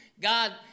God